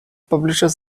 publishes